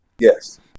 Yes